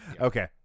okay